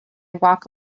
walk